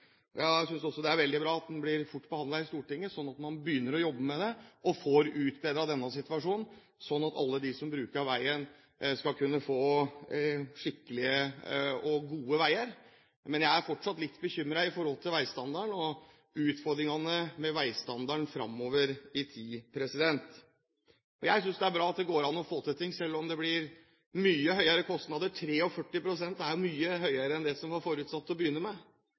Jeg synes også det er veldig bra at den blir raskt behandlet i Stortinget, slik at man begynner å jobbe med det og får utbedret denne situasjonen, slik at alle de som bruker veien, skal kunne få skikkelige og gode veier. Men jeg er fortsatt litt bekymret for veistandarden og utfordringene med veistandarden fremover i tid. Jeg synes det er bra at det går an å få til ting, selv om det blir mye høyere kostnader – 43 pst. er mye høyere enn det som ble forutsatt til å begynne med.